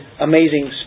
amazing